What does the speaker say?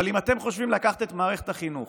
אבל אם אתם חושבים לקחת את מערכת החינוך